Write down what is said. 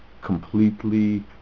completely